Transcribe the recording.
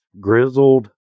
grizzled